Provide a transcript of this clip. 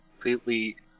completely